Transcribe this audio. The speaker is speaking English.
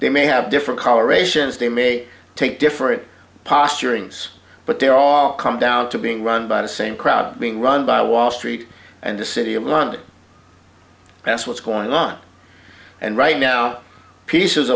they may have different colorations they may take different posturings but they're all come down to being run by the same crowd being run by wall street and the city of london that's what's going on and right now peace